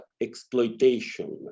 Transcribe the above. exploitation